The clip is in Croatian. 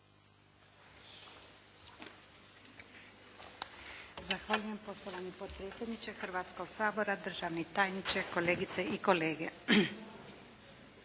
Zahvaljujem. Poštovani potpredsjedniče Hrvatskoga sabora, državni tajniče, kolegice i kolege.